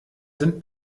sind